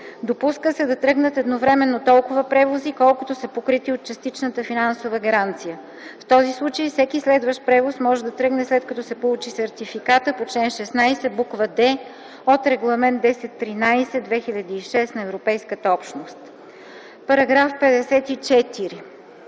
Допуска се да тръгнат едновременно толкова превози, колкото са покрити от частичната финансова гаранция. В този случай всеки следващ превоз може да тръгне, след като се получи сертификата по чл. 16, буква „д” от Регламент 1013/2006/ЕО.” § 54.